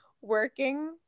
working